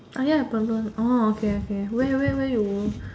ah ya abalone orh okay okay where where where you